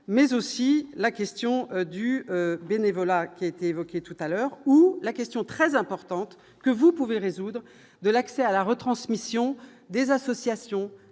mais aussi la question du bénévolat, qui a été évoqué tout à l'heure où la question très importante que vous pouvez résoudre de l'accès à la retransmission des associations,